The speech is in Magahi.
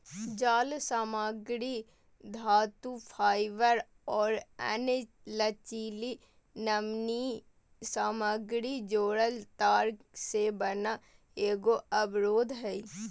जालसामग्री धातुफाइबर और अन्य लचीली नमनीय सामग्री जोड़ल तार से बना एगो अवरोध हइ